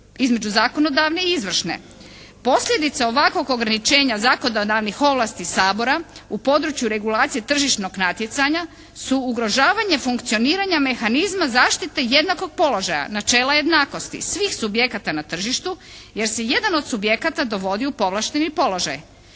između zakonodavne i izvršne. Posljedica ovakvog ograničenja zakonodavnih ovlasti Sabora u području regulacije tržišnog natjecanja su ugrožavanje funkcioniranja mehanizma zaštite jednakog položaja, načela jednakosti svih subjekata na tržištu jer se jedan od subjekata dovodi u povlašteni položaj.